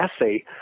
essay